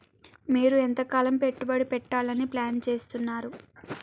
మీరు ఎంతకాలం పెట్టుబడి పెట్టాలని ప్లాన్ చేస్తున్నారు?